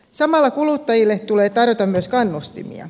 samalla kuluttajille tulee tarjota myös kannustimia